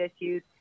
issues